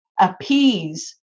appease